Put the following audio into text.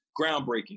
groundbreaking